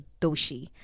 Doshi